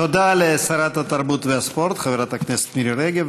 תודה לשרת התרבות והספורט חברת הכנסת מירי רגב,